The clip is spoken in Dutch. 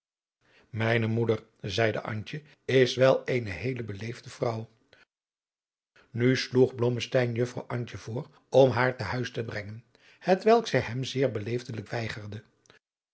mijne moeder zeide antje is wel eene heele beleefde vrouw nu sloeg blommesteyn juffrouw antje voor om haar te huis te brengen hetwelk zij hem zeer beleefdelijk weigerde